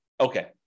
Okay